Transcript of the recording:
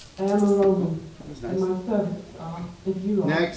i am a roman and my services are, as you are,